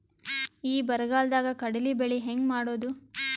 ಈ ಬರಗಾಲದಾಗ ಕಡಲಿ ಬೆಳಿ ಹೆಂಗ ಮಾಡೊದು?